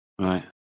Right